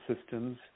systems